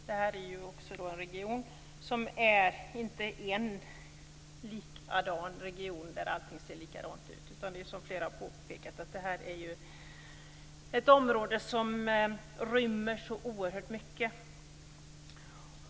Det här är en region där allt inte ser likadant ut. Det är, som flera har påpekat, ett område som rymmer oerhört mycket.